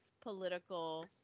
political